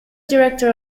director